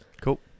Cool